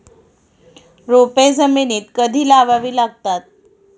रोपे जमिनीत कधी लावावी लागतात?